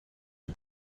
who